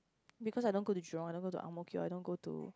because I don't go to Jurong I don't go to Ang Mo Kio I don't go to